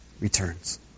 returns